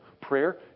Prayer